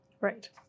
Right